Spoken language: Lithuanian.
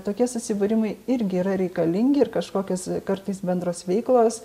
tokie susibūrimai irgi yra reikalingi ir kažkokios kartais bendros veiklos